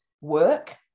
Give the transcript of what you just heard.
work